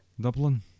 Dublin